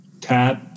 tab